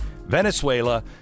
venezuela